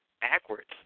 backwards